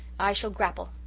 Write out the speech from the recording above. i shall grapple.